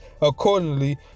accordingly